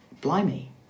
blimey